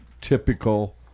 typical